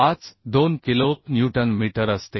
52 kilo newton metre असते